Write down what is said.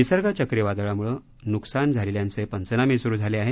निसर्ग चक्रीवादळामुळं नुकसान झालेल्यांचे पंचनामे सुरू झाले आहेत